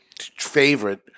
favorite